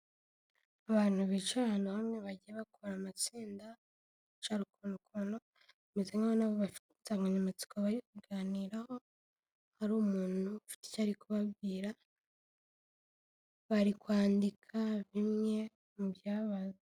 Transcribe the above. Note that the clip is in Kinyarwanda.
Abantu bicarana hamwe bagiye bakora amatsinda, bicaye ukuntu kuntu, bame nkaho bafite insanganyamatsiko bari kuganiraho, hari umuntu ufite icyo ari kubabwira, bari kwandika bimwe mu byabaye.